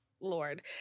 Lord